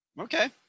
Okay